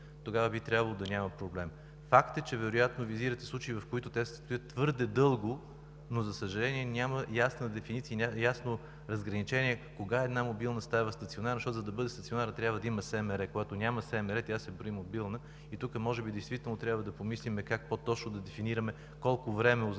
тогава би трябвало да няма проблем. Факт е, че вероятно визирате случаи, в които те стоят твърде дълго, но, за съжаление, няма ясна дефиниция и ясно разграничение кога една мобилна станция става стационарна, защото за да бъде стационарна, трябва да има СМР, а когато няма СМР, тя се брои мобилна. Тук може би действително трябва да помислим как по-точно да дефинираме колко време